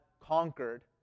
conquered